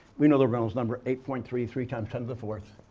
we know the reynolds number eight point three three times ten to the fourth.